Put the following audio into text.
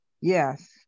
yes